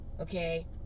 Okay